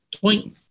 point